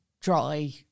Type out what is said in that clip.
dry